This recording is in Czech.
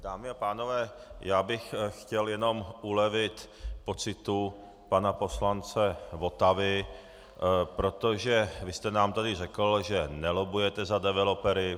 Dámy a pánové, já bych chtěl jenom ulevit pocitu pana poslance Votavy, protože vy jste nám tady řekl, že nelobbujete za developery.